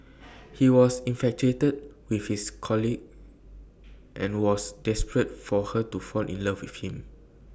he was infatuated with his colleague and was desperate for her to fall in love with him